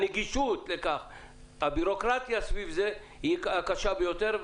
התהליך והבירוקרטיה סביב העברתו הם הגורם המקשה ביותר.